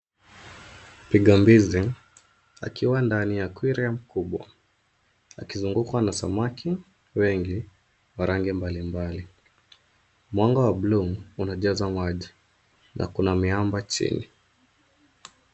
Mpiga mbizi akiwa na ndani ya aquarium kubwa akizungukwa na samaki wengi wa rangi mbalimbali. Mwanga wa buluu unajaza maji na kuna miamba chini.